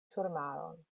surmaron